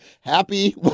Happy